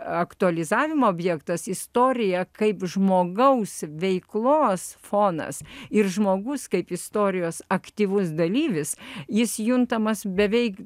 aktualizavimo objektas istorija kaip žmogaus veiklos fonas ir žmogus kaip istorijos aktyvus dalyvis jis juntamas beveik